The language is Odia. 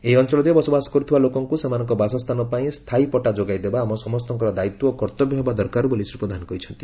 ଏ ଅଂଚଳରେ ବସବାସ କରୁଥିବା ଲୋକଙ୍ଙୁ ସେମାନଙ୍କ ବାସସ୍ଥାନ ପାଇଁ ସ୍ଥାୟୀ ପଟ୍ଟା ଯୋଗାଇଦେବା ଆମ ସମସ୍ତଙ୍କର ଦାୟିତ୍ୱ ଓ କର୍ଉବ୍ୟ ହେବା ଦରକାର ବୋଲି ଶ୍ରୀ ପ୍ରଧାନ କହିଛନ୍ତି